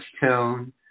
tone